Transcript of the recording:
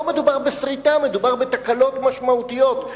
לא מדובר בסריטה, מדובר בתקלות משמעותיות.